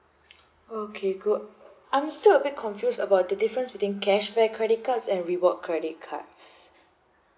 okay good I'm still a bit confused about the difference between cashback credit cards and reward credit cards